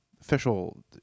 official